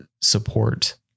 support